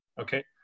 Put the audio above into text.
Okay